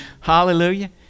Hallelujah